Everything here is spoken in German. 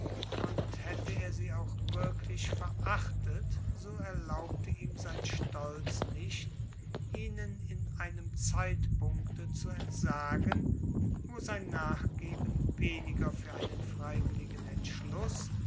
und hätte er sie auch wirklich verachtet so erlaubte ihm sein stolz nicht ihnen in einem zeitpunkte zu entsagen wo sein nachgeben weniger für einen freiwilligen entschluß